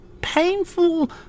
painful